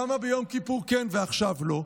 למה ביום כיפור כן ועכשיו לא?